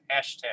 hashtag